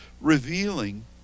revealing